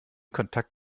kontakt